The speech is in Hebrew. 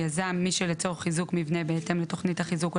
"יזם" מי שלצורך חיזוק מבנה בהתאם לתוכנית החיזוק או